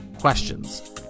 questions